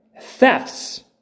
Thefts